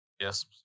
yes